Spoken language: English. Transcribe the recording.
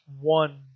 one